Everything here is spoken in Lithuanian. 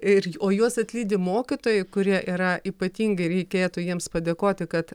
ir o juos atlydi mokytojai kurie yra ypatingai reikėtų jiems padėkoti kad